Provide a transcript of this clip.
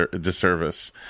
disservice